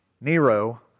Nero